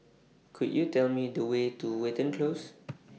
Could YOU Tell Me The Way to Watten Close